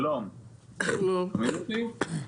שלום, שומעים אותי?